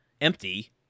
empty